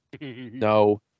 No